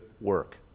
work